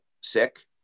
sick